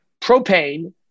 propane